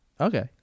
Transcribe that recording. Okay